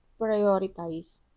prioritize